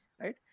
right